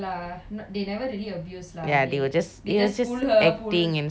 ya they were just they were just acting and stuff lah obviously